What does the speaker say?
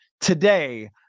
today